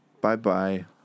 Bye-bye